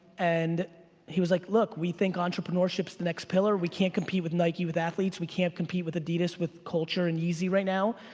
and he was like look, we think entrepreneurship's the next pillar, we can't compete with nike with athletes, we can't compete with adidas with culture and yeezy right now.